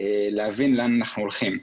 להבין לאן אנחנו הולכים.